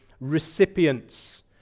recipients